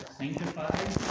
sanctified